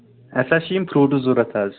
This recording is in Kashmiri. اَسہِ حظ چھِ یِم فِروٗٹٕس ضوٚرتھ حظ